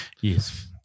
Yes